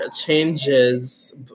changes